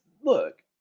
look